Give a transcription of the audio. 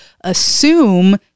assume